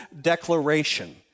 declaration